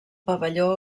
pavelló